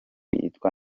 yitwa